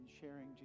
sharing